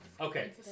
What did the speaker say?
Okay